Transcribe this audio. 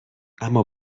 اما